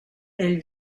elle